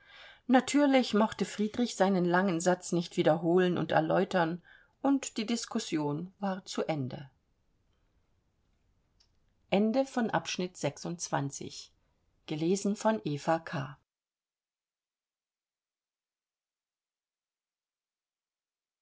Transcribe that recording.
natürlich mochte friedrich seinen langen satz nicht wiederholen und erläutern und die diskussion war zu ende